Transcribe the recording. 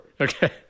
Okay